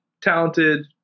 talented